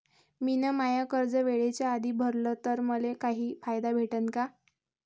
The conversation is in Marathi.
मिन माय कर्ज वेळेच्या आधी भरल तर मले काही फायदा भेटन का?